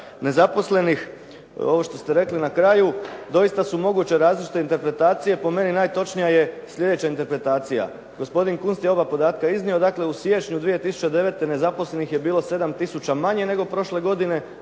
nezaposlenih, ovo što ste rekli na kraju. Doista su moguće različite interpretacije. Po meni najtočnija je sljedeća interpretacija. Gospodin Kunst je oba podatka iznio. Dakle, u siječnju 2009. nezaposlenih je bilo 7 tisuća manje, nego prošle godine,